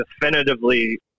definitively